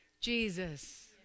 Jesus